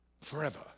forever